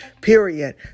period